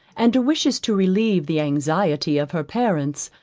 and wishes to relieve the anxiety of her parents,